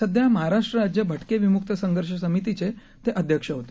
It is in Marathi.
सध्या महाराष्ट्र राज्य भटके विमुक्त संघर्ष समितीचे ते अध्यक्ष होते